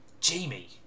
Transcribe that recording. Jamie